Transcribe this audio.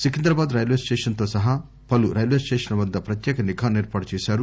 Secunderabad railway station సహా పలు రైల్వేస్టేషన్ల వద్ద ప్రత్యేక నిఘాను ఏర్పాటు చేశారు